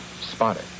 spotted